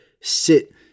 sit